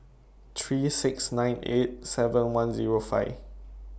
three six nine eight seven one Zero five